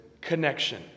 connection